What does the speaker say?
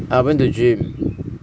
I went to gym